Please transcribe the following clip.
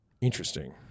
Interesting